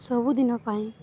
ସବୁଦିନ ପାଇଁ